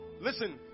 Listen